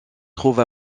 trouve